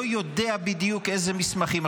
לא יודע בדיוק איזה מסמכים.